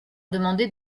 demander